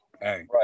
right